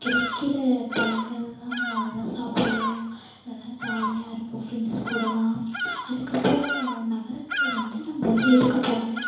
கிடைக்கிற பழங்கள்லாம் நம்ம நல்லா சாப்புடுவோம் நல்லா ஜாலியாக இருப்போம் ஃப்ரெண்ட்ஸ்கூடலாம் அதுக்கப்புறம் நகரத்தில் வந்து நம்ம வந்து எதுக்குப் போவோம்னா